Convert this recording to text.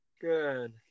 Good